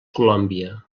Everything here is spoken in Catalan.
colòmbia